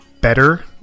better